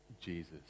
Jesus